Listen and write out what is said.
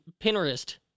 Pinterest